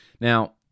Now